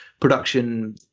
production